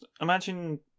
imagine